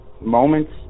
moments